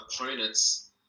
opponents